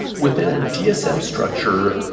within a dsm structure,